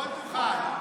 לא תוכל.